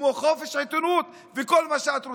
כמו חופש עיתונות וכל מה שאת רוצה.